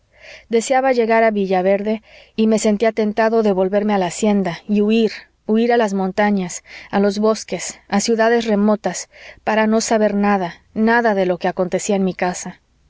deseaba llegar a villaverde y me sentía tentado de volverme a la hacienda y huir huir a las montañas a los bosques a ciudades remotas para no saber nada nada de lo que acontecía en mi casa